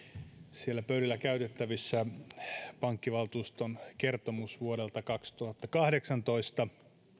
siellä pöydillä käytettävissä pankkivaltuuston kertomus vuodelta kaksituhattakahdeksantoista